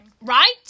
Right